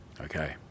Okay